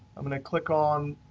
i'm going to click on